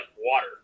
water